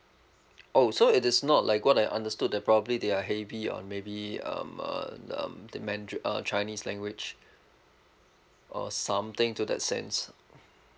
oh so it is not like what I understood that probably they are heavy on maybe um uh um the manda~ uh chinese language or something to that sense